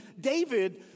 David